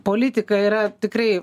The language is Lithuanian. politika yra tikrai